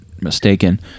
mistaken